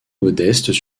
modestes